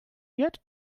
yet